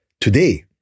today